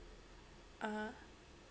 (uh huh)